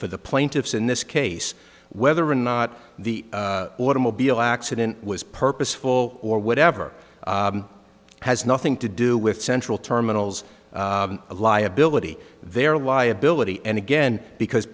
for the plaintiffs in this case whether or not the automobile accident was purposeful or whatever has nothing to do with central terminal's liability their liability and again because